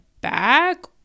back